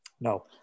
No